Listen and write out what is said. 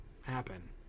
happen